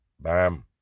Bam